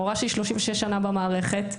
מורה שהיא 36 שנה במערכת,